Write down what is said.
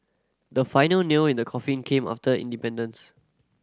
the final nail in the coffin came after independence